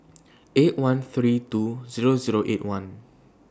eight one three two Zero Zero eight one